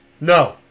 No